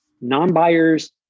non-buyers